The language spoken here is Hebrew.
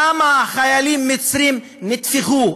כמה חיילים מצרים נטבחו,